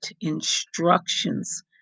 instructions